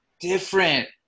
different